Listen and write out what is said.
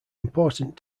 important